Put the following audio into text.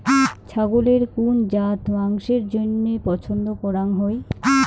ছাগলের কুন জাত মাংসের জইন্য পছন্দ করাং হই?